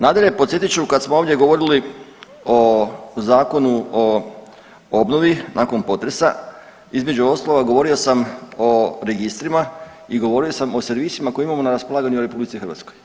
Nadalje, podsjetit ću kad smo ovdje govorili o Zakonu o obnovi nakon potresa između ostalog govorio sam o registrima i govorio sam o servisima koje imamo na raspolaganju u RH.